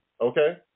Okay